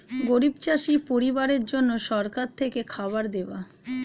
গরিব চাষি পরিবারের জন্য সরকার থেকে খাবার দেওয়া